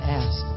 ask